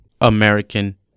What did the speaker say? American